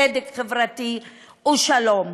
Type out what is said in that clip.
צדק חברתי ושלום.